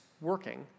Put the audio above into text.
working